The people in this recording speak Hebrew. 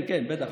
כן, כן, בטח.